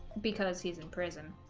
because he's in prison